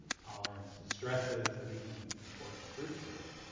tolerance to stresses and even important fruit traits.